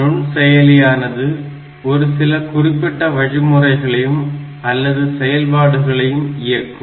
நுண்செயலியானது ஒரு சில குறிப்பிட்ட வழிமுறைகளையும் அல்லது செயல்பாடுகளையும் இயக்கும்